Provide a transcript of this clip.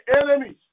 enemies